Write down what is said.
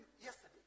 yesterday